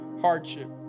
hardship